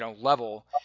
level